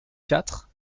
quatre